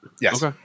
yes